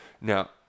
Now